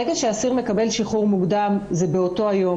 ברגע שהאסיר מקבל שחרור מוקדם זה באותו היום,